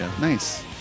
Nice